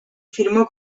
firmó